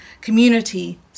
community